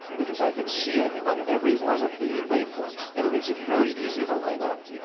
because i can see it on every one of the wave forms. and it makes it very easy to line up.